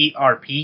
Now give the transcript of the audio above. ERP